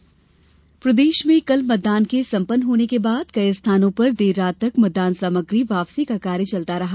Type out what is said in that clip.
मतदान सामग्री वापसी प्रदेश में कल मतदान के संपन्न होने के बाद कई स्थानों पर देर रात तक मतदान सामग्री वापसी का कार्य चलता रहा